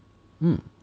mm